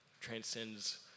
transcends